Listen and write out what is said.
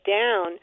down